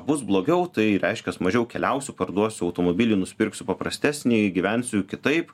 bus blogiau tai reiškia mažiau keliausiu parduosiu automobilį nusipirksiu paprastesnį gyvensiu kitaip